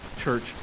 church